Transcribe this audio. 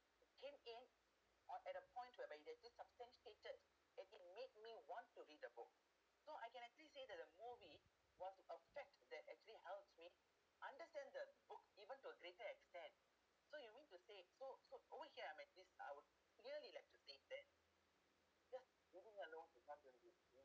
came in or at a point whereby it may actually substantiated and it made me want to read the book so I can actually say that the movie was the a fact that actually helps me understand the book even to a greater extent so you mean to say so so over here I'm in this uh I would clearly like to say that just movie alone important